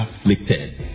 afflicted